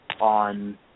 on